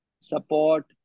support